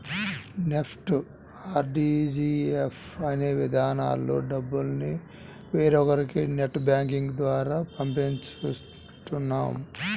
NEFT, RTGS అనే విధానాల్లో డబ్బుల్ని వేరొకరికి నెట్ బ్యాంకింగ్ ద్వారా పంపిస్తుంటాం